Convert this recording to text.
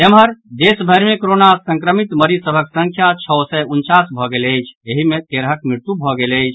एम्हर देशभरि मे कोरोना संक्रमित मरीज सभक संख्या छओ सय उनचास भऽ गेल अछि एहि मे तेरहक मृत्यु भऽ गेल अछि